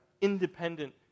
independent